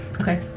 Okay